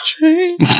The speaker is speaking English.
Change